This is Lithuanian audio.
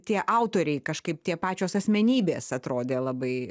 tie autoriai kažkaip tie pačios asmenybės atrodė labai